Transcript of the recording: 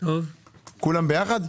כולם ביחד?